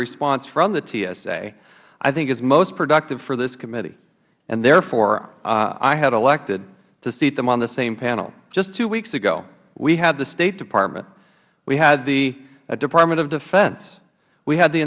response from the tsa i think is most productive for this committee and therefore i had elected to seat them on the same panel just two weeks ago we had the state department we had the department of defense we had the